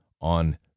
on